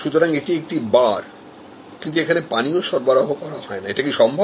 সুতরাং এটা একটি বার কিন্তু এখানে পানীয় সরবরাহ করা হয় নাএটা কি সম্ভব